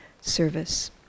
service